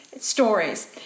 stories